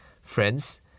friends